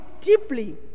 deeply